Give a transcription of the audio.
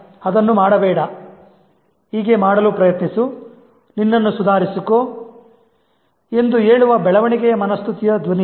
ಅದನ್ನು ಮಾಡಬೇಡ ಹೀಗೆ ಮಾಡಲು ಪ್ರಯತ್ನಿಸು ನಿನ್ನನ್ನು ಸುಧಾರಿಸಿಕೋ ಎಂದು ಹೇಳುವ ಬೆಳವಣಿಗೆಯ ಮನೋಸ್ಥಿತಿಯ ಧ್ವನಿ ಇದೆ